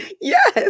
Yes